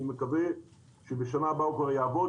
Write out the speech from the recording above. אני מקווה שבשנה הבאה הוא כבר יעבוד,